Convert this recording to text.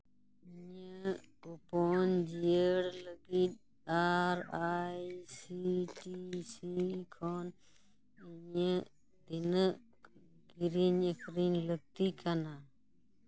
ᱤᱧᱟᱹᱜ ᱠᱩᱯᱚᱱ ᱡᱤᱭᱟᱹᱲ ᱞᱟᱹᱜᱤᱫ ᱟᱨ ᱟᱭ ᱥᱤ ᱴᱤ ᱥᱤ ᱠᱷᱚᱱ ᱤᱧᱟᱹᱜ ᱛᱤᱱᱟᱹᱜ ᱠᱤᱨᱤᱧ ᱟᱹᱠᱷᱨᱤᱧ ᱞᱟᱹᱠᱛᱤ ᱠᱟᱱᱟ